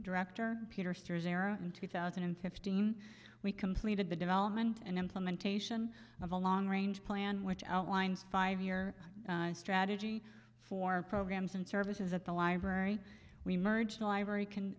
director peter sellars era in two thousand and fifteen we completed the development and implementation of a long range plan which outlines five year strategy for programs and services at the library we merged a library can